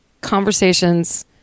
conversations